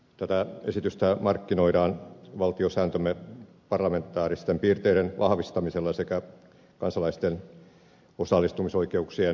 tätä esitystä markkinoidaan valtiosääntömme parlamentaaristen piirteiden vahvistamisella sekä kansalaisten osallistumisoikeuksien parantamisella